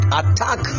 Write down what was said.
attack